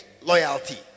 Loyalty